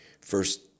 First